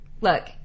Look